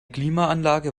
klimaanlage